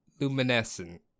Luminescent